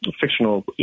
fictional